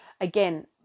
again